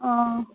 অঁ